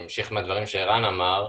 אני אמשיך מהדברים שערן אמר.